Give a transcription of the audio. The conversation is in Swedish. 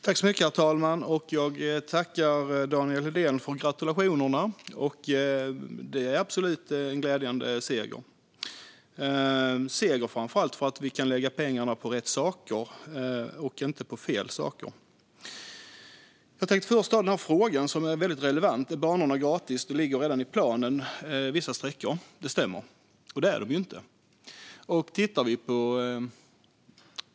Herr talman! Jag tackar Daniel Helldén för gratulationerna. Det är absolut en glädjande seger, framför allt för att vi kan lägga pengarna på rätt saker och inte på fel saker. Jag tänker först svara på frågan, som är väldigt relevant, om att banorna skulle vara gratis. Vissa sträckor ligger redan i planen, och det stämmer att de inte är gratis.